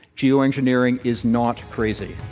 geoengineering is not crazy.